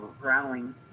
growling